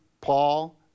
Paul